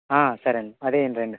సరే అండి అదే వేయ్యండి రెండు